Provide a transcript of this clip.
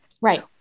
Right